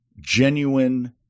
genuine